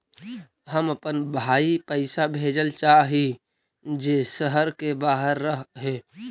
हम अपन भाई पैसा भेजल चाह हीं जे शहर के बाहर रह हे